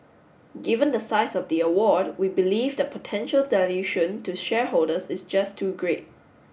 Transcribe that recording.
given the size of the award we believe the potential dilution to shareholders is just too great